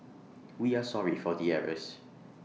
we are sorry for the errors